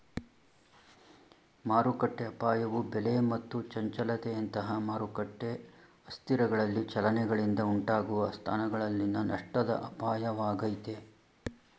ಮಾರುಕಟ್ಟೆಅಪಾಯವು ಬೆಲೆ ಮತ್ತು ಚಂಚಲತೆಯಂತಹ ಮಾರುಕಟ್ಟೆ ಅಸ್ಥಿರಗಳಲ್ಲಿ ಚಲನೆಗಳಿಂದ ಉಂಟಾಗುವ ಸ್ಥಾನಗಳಲ್ಲಿನ ನಷ್ಟದ ಅಪಾಯವಾಗೈತೆ